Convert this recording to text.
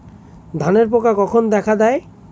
ধানের পোকা কখন দেখা দেয়?